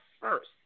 first